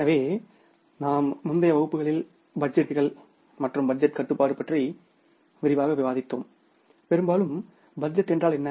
எனவே நாம் முந்தைய வகுப்புகளில் பட்ஜெட்டுகள் மற்றும் பட்ஜெட் கட்டுப்பாடு பற்றி விரிவாக விவாதித்தோம் பெரும்பாலும் பட்ஜெட் என்றால் என்ன